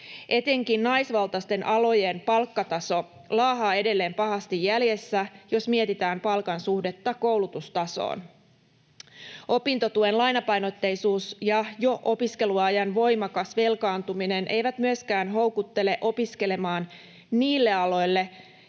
Etenkin naisvaltaisten alojen palkkataso laahaa edelleen pahasti jäljessä, jos mietitään palkan suhdetta koulutustasoon. Opintotuen lainapainotteisuus ja jo opiskeluajan voimakas velkaantuminen eivät myöskään houkuttele opiskelemaan niille aloille,